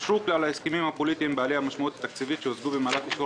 --- כי על ההסכמים הפוליטיים בעלי המשמעות התקציבית שהוצגו במהלך אישור